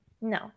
No